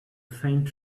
faint